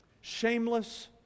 Shameless